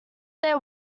their